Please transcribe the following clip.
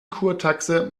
kurtaxe